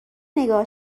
نگاه